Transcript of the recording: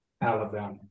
Alabama